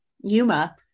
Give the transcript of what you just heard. Yuma